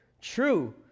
True